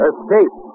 Escape